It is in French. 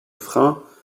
freins